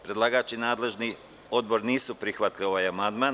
Predlagač i nadležni odbor nisu prihvatili ovaj amandman.